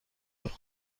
داره